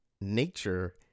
Nature